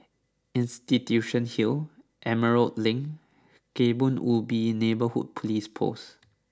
Institution Hill Emerald Link Kebun Ubi Neighbourhood Police Post